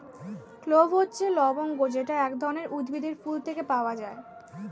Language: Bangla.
ক্লোভ হচ্ছে লবঙ্গ যেটা এক ধরনের উদ্ভিদের ফুল থেকে পাওয়া